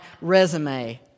resume